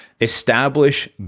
establish